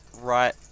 right